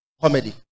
Comedy